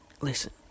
listen